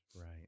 right